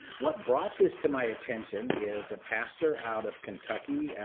what brought this to my attention is a pastor out of kentucky,